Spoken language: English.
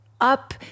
up